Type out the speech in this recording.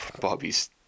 Bobby's